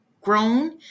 grown